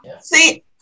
See